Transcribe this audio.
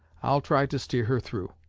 i'll try to steer her through.